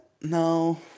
No